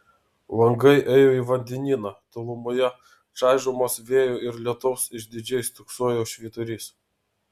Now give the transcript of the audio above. langai ėjo į vandenyną tolumoje čaižomas vėjo ir lietaus išdidžiai stūksojo švyturys